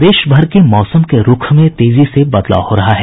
प्रदेश भर के मौसम के रूख में तेजी से बदलाव हो रहा है